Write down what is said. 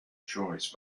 choice